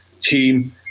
team